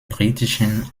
britischen